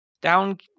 down